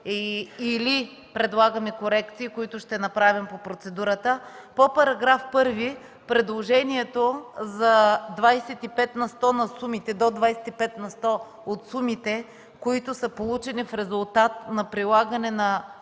или предлагаме корекции, които ще направим по процедурата. По § 1 – предложението до 25 на сто от сумите, които са получени в резултат на прилагане на